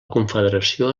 confederació